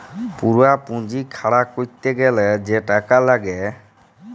পুরা পুঁজি খাড়া ক্যরতে গ্যালে যে টাকা লাগ্যে